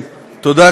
תודה,